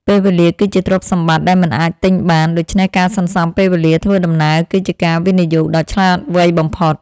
ពេលវេលាគឺជាទ្រព្យសម្បត្តិដែលមិនអាចទិញបាន ដូច្នេះការសន្សំពេលវេលាធ្វើដំណើរគឺជាការវិនិយោគដ៏ឆ្លាតវៃបំផុត។